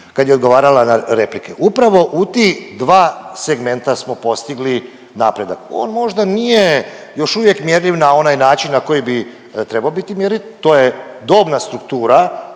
kad je odgovarala na replike. Upravo u tih dva segmenta smo postigli napredak. On možda nije još uvijek mjerljiv na onaj način na koji bi trebao biti mjerljiv, to je dobna struktura,